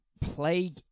Plague